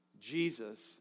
Jesus